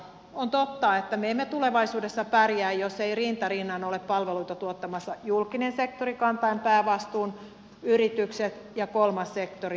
on totta että me emme tulevaisuudessa pärjää jos eivät rinta rinnan ole palveluita tuottamassa julkinen sektori kantaen päävastuun yritykset ja kolmas sektori